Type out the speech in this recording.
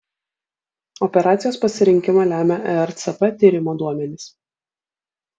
operacijos pasirinkimą lemia ercp tyrimo duomenys